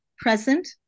Present